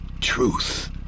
truth